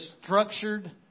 structured